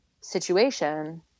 situation